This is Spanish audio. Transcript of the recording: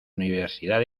universidad